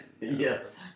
Yes